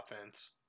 offense